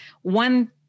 one